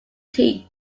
teeth